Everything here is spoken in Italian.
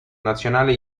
nazionale